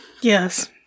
Yes